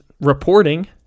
reporting